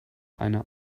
eine